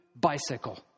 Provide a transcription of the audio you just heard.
bicycle